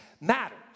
matters